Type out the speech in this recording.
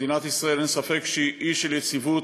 מדינת ישראל, אין ספק, היא אי של יציבות,